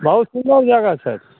बहुत सुन्दर जगह छै